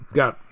got